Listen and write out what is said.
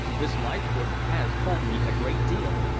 miss leithcourt has told me a great deal,